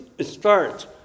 start